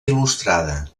il·lustrada